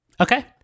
Okay